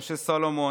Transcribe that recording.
משה סולומון,